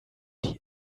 die